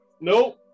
Nope